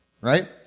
right